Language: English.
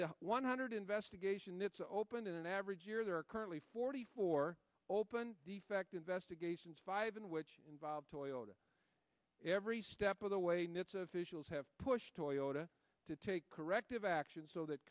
the one hundred investigation it's open in an average year there are currently forty four open defect investigations five in which involve toileting every step of the way mits officials have pushed toyotas to take corrective action so that